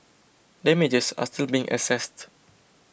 damages are still being assessed